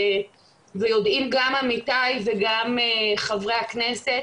ויודעים גם עמיתיי וגם חברי הכנסת,